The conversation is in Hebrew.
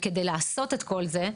כדי לעשות את כל זה,